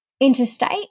Interstate